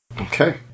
Okay